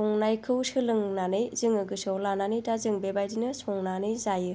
संनायखौ सोलोंनानै जोङो गोसोआव लानानैजों दा जों बेबायदिनो संनानै जायो